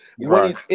Right